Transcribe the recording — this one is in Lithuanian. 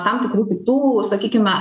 tam tikrų kitų sakykime